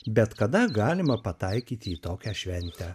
bet kada galima pataikyti į tokią šventę